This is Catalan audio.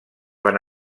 van